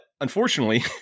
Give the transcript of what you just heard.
unfortunately